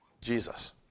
Jesus